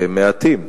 מעטים.